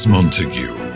Montague